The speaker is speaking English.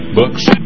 books